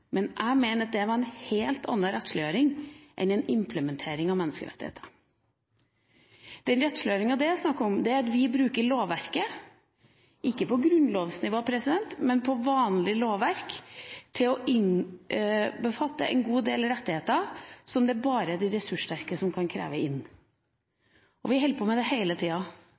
Men jeg mener at det var en helt annen rettsliggjøring enn en implementering av menneskerettigheter. Den rettsliggjøringa det var snakk om, var at vi bruker lovverket, ikke på grunnlovsnivå, men vanlig lovverk, til å innbefatte en god del rettigheter som det bare er de ressurssterke som kan kreve inn. Vi holder på med det hele tida